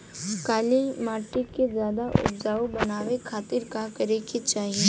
काली माटी के ज्यादा उपजाऊ बनावे खातिर का करे के चाही?